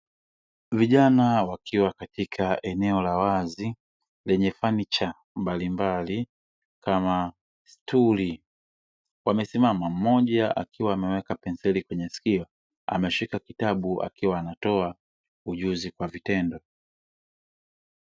Vijana wakiwa katika eneo la wazi, lenye fanicha mbalimbali kama stuli, wamesimama, mmoja akiwa ameweka penseli kwenye sikio, ameshika kitabu akiwa anatoa ujuzi kwa vitendo.